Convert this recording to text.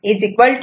9 o